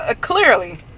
Clearly